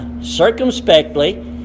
circumspectly